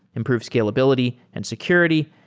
improve scalability and security,